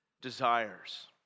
Desires